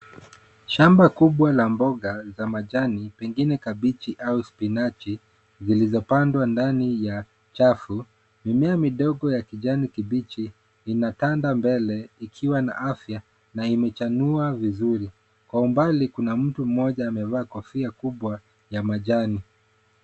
Shamba kubwa la mboga za majani pengine kabichi au spinachi zilizopandwa ndani ya chafu. Mimea midogo ya kijani kibichi inatanda mbele ikiwa na afya na imechanua vizuri. Kwa umbali kuna mtu mmoja amevaa kofia kubwa ya majani.